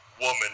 woman